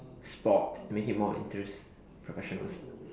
sport to make it more interest~ professional